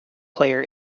player